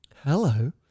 hello